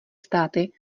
státy